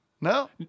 No